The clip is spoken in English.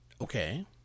Okay